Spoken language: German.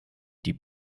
die